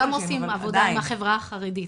אנחנו גם עושים עבודה עם החברה החרדית,